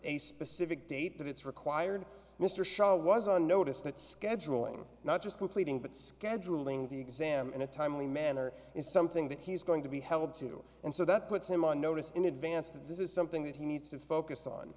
a specific date that it's required mr shaw was on notice that scheduling not just completing but scheduling the exam in a timely manner is something that he's going to be held to and so that puts him on notice in advance that this is something that he needs to focus on